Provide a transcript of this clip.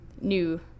new